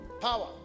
Power